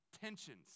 tensions